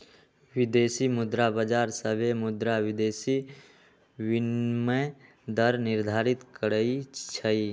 विदेशी मुद्रा बाजार सभे मुद्रा विदेशी विनिमय दर निर्धारित करई छई